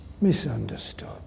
misunderstood